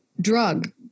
drug